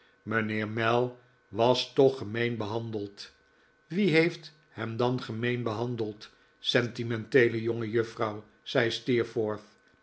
mijnheer mell was toch gemeen behandeld wie heeft hem dan gemeen behandeld sentimenteele jongejuffrouw zei